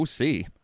OC